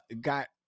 got